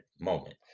moment